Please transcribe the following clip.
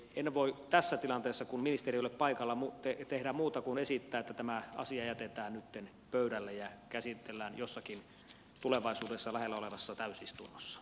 en voi tässä tilanteessa kun ministeri ei ole paikalla tehdä muuta kuin esittää että tämä asia jätetään nytten pöydälle ja käsitellään jossakin tulevaisuudessa lähellä olevassa täysistunnossa